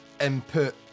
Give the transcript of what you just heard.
input